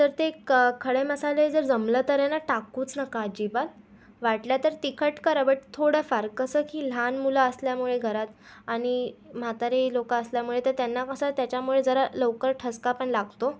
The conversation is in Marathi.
तर ते क खडे मसाले जर जमलं तर आहे ना टाकूच नका अजिबात वाटलं तर तिखट करा बट थोडंफार कसं की लहान मुलं असल्यामुळे घरात आणि म्हातारी लोकं असल्यामुळे ते त्यांना कसं त्याच्यामुळे जरा लवकर ठसका पण लागतो